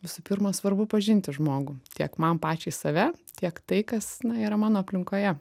visų pirma svarbu pažinti žmogų tiek man pačiai save tiek tai kas na yra mano aplinkoje